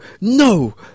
no